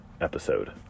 episode